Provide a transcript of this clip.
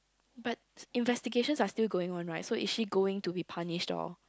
but investigations are still going on right so is she going to be punished or